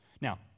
Now